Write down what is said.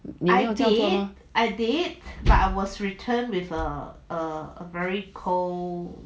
你没有这么做 mah